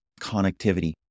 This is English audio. connectivity